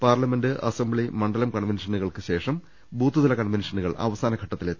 parliament assembly മണ്ഡലം കൺവെൻഷനുകൾക്ക് ശേഷം ബൂത്ത്തല കൺവെൻഷനുകൾ അവ സാന ഘട്ടത്തിലാണ്